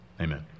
Amen